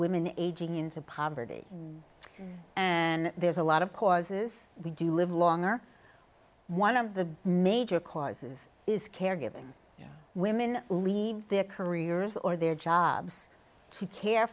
women aging into poverty and there's a lot of causes we do live long or one of the major causes is caregiving young women leave their careers or their jobs to care